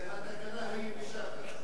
זו התקנה היבשה ככה.